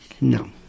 No